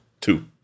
Two